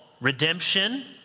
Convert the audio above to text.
redemption